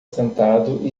sentado